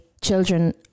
children